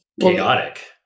chaotic